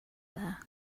there